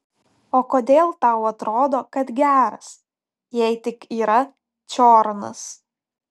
o kodėl tau atrodo kad geras jei tik yra čiornas